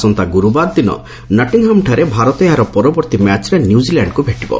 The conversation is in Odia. ଆସନ୍ତା ଗୁରୁବାର ଦିନ ନଟିଙ୍ଗ୍ହମ୍ଠାରେ ଭାରତ ଏହାର ପରବର୍ତ୍ତୀ ମ୍ୟାଚ୍ରେ ନ୍ୟୁଜିଲ୍ୟାଣ୍ଡ୍କୁ ଭେଟିବ